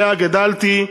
שעליה גדלתי,